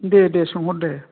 दे दे सोंहर दे